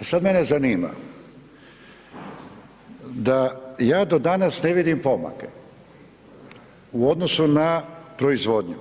E sada mene zanima da ja do danas ne vidim pomake u odnosu na proizvodnju